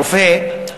הרופא,